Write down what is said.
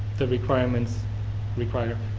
the requirements require.